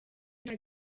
nta